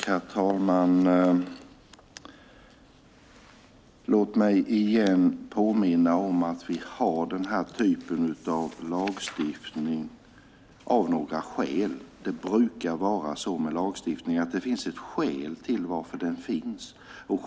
Herr talman! Låt mig igen påminna om att det finns skäl till att vi har den här typen av lagstiftning. Det brukar vara så med lagstiftning att det finns ett skäl till att den finns.